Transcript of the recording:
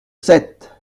sept